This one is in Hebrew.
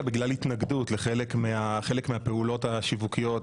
בגלל התנגדות לחלק מהפעולות השיווקיות,